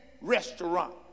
restaurant